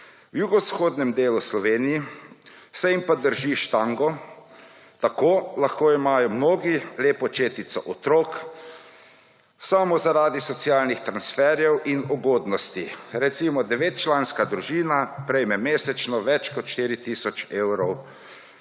V jugovzhodnem delu Slovenije se jim pa drži štango tako lahko imamo mnogi lepo četico otrok samo, zaradi socialnih transferjev in ugodnosti. Recimo 9 članstva družina prejme mesečno več kot 4 tisoč evrov